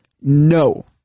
no